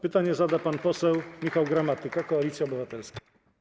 Pytanie zada pan poseł Michał Gramatyka, Koalicja Obywatelska.